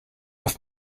off